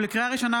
לקריאה ראשונה,